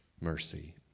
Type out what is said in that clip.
mercy